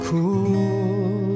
Cool